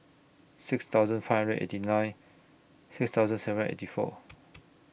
six thousand five hundred eighty nine six thousand seven eighty four